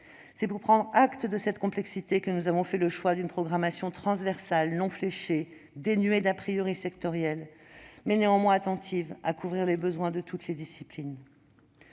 C'est pour prendre acte de cette complexité que nous avons fait le choix d'une programmation transversale, non fléchée, dénuée d'sectoriel, mais néanmoins attentive à couvrir les besoins de toutes les disciplines.